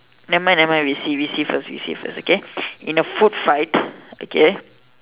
nevermind nevermind we see we see first we see first okay in a food fight okay